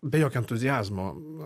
be jokio entuziazmo